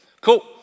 Cool